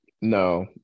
No